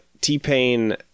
T-Pain